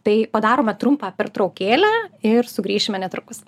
tai padarome trumpą pertraukėlę ir sugrįšime netrukus